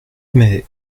mais